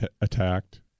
attacked